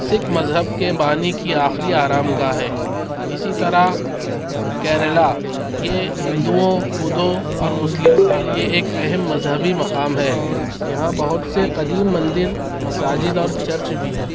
سکھ مذہب کے بانی کی آخری آرام گاہ ہے اسی طرح کیرلا یہ ہندوؤں بدھوں اور مسلموں کے لیے ایک اہم مذہبی مقام ہے یہاں بہت سے قدیم مندر مساجد اور چرچ بھی ہیں